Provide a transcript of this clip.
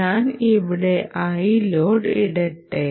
ഞാൻ ഇവിടെ ഇടട്ടെ